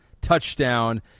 touchdown